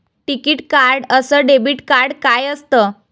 टिकीत कार्ड अस debit card काय असत?